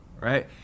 Right